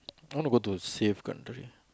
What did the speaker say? I want to go to safe country